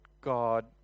God